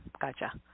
gotcha